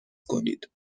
کنید